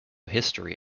history